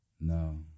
No